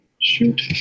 Shoot